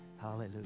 Hallelujah